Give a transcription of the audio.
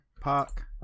park